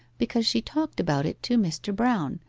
because she talked about it to mr. brown,